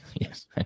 yes